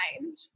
mind